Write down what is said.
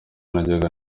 najyaga